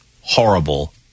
horrible